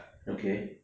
okay